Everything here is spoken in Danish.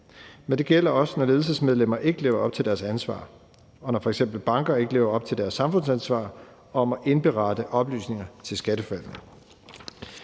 men det gælder også, når ledelsesmedlemmer ikke lever op til deres ansvar, og når f.eks. banker ikke lever op til deres samfundsansvar om at indberette oplysninger til Skatteforvaltningen.